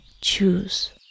choose